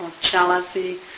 jealousy